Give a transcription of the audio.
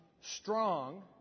strong